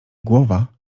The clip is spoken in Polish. głowa